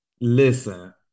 Listen